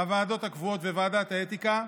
הוועדות הקבועות וועדת האתיקה,